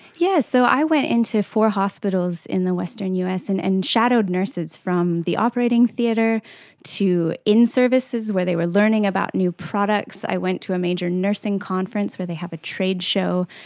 yes, so i went into four hospitals in the western us and and shadowed nurses from the operating theatre to in-services where they were learning about new products. i went to a major nursing conference where they have a trade show.